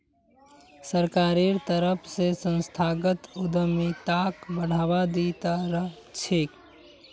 सरकारेर तरफ स संस्थागत उद्यमिताक बढ़ावा दी त रह छेक